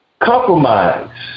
compromise